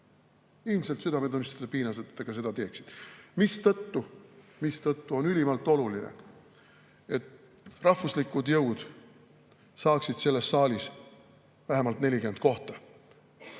Ilmselt nad südametunnistuse piinadeta seda ka teeksid. Mistõttu on ülimalt oluline, et rahvuslikud jõud saaksid selles saalis vähemalt 40 kohta.